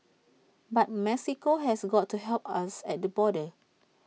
but Mexico has got to help us at the border